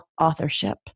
authorship